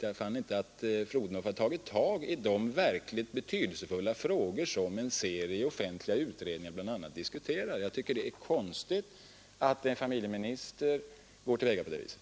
Jag fann inte att fru Odhnoff har gripit tag i de verkligt betydelsefulla frågor som man ser diskuterade bl.a. i offentliga utredningar. Jag tycker det är konstigt att en familjeminister går till väga på det viset.